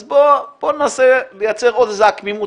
אז בואו ננסה לייצר עוד איזה עקמימות,